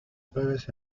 suaves